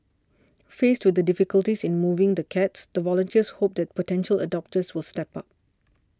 faced with the difficulties in moving the cats the volunteers hope that potential adopters will step up